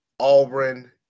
Auburn